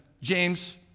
James